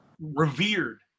revered